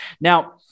Now